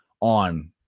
on